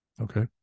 okay